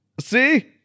see